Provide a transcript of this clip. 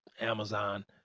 Amazon